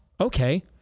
Okay